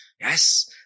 Yes